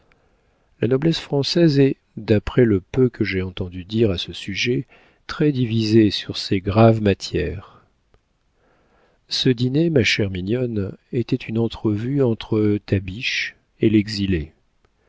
la noblesse française est d'après le peu que j'ai entendu dire à ce sujet très divisée sur ces graves matières ce dîner ma chère mignonne était une entrevue entre ta biche et l'exilé